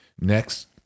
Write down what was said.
next